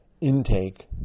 intake